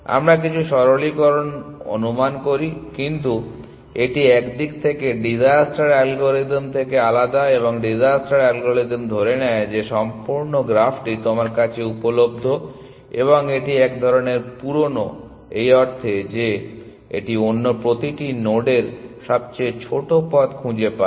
আমরা কিছু সরলীকরণ অনুমান করি কিন্তু এটি এক দিক থেকে ডিজাস্টার অ্যালগরিদম থেকে আলাদা এবং ডিজাস্টার অ্যালগরিদম ধরে নেয় যে সম্পূর্ণ গ্রাফটি তোমার কাছে উপলব্ধ এবং এটি এক ধরণের পুরানো এই অর্থে যে এটি অন্য প্রতিটি নোডের সবচেয়ে ছোট পথ খুঁজে পায়